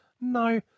no